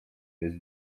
jest